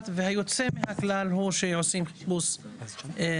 והיוצא מן הכלל הוא שעושים חיפוש מידי.